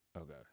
Okay